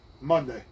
Monday